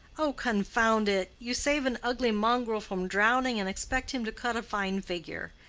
oh, confound it! you save an ugly mongrel from drowning, and expect him to cut a fine figure.